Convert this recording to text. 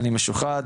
אני משוחד,